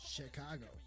Chicago